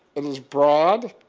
it is broad,